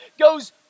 goes